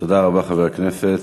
תודה רבה, חבר הכנסת.